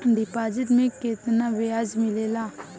Deposit मे केतना बयाज मिलेला?